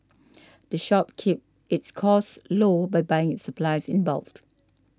the shop keeps its costs low by buying its supplies in bulk